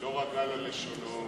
שלא רגל על לשונו,